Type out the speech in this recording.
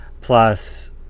plus